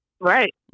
Right